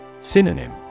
Synonym